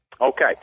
Okay